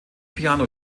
piano